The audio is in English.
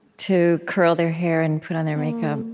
to curl their hair and put on their makeup.